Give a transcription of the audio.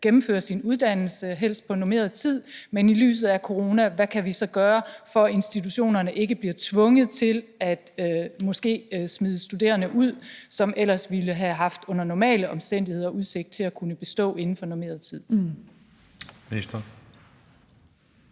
gennemføre sin uddannelse og helst på normeret tid? Og i lyset af corona: Hvad kan vi så gøre, for at institutionerne ikke bliver tvunget til måske at smide studerende ud, som ellers under normale omstændigheder ville have haft udsigt til at kunne bestå inden for normeret tid? Kl.